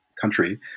country